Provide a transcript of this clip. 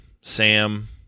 Sam